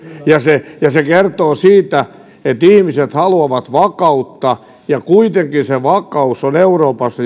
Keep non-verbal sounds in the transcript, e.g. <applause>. ja se ja se kertoo siitä että ihmiset haluavat vakautta ja se vakaus kuitenkin on euroopassa <unintelligible>